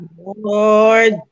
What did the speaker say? Lord